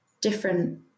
different